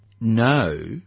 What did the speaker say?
no